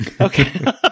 Okay